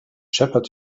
shepherd